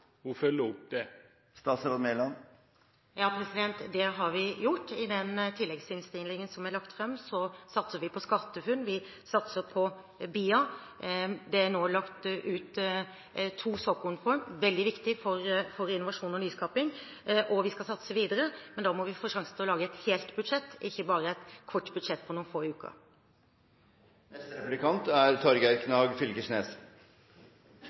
hun følge opp det? Det har vi gjort. I den tilleggsproposisjonen som er lagt fram, satser vi på SkatteFUNN, og vi satser på BIA. Det er nå lagt ut to såkornfond – veldig viktig for innovasjon og nyskaping. Vi skal satse videre, men da må vi få sjansen til å lage et helt budsjett – ikke bare et budsjett på noen få uker. Det store bildet når ein ser budsjettet frå den nye regjeringa, er